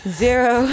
zero